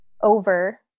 over